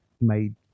made